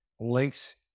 links